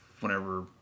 whenever